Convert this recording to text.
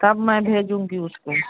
तब मैं भेजूँगी उसको